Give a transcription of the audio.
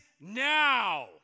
now